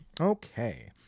Okay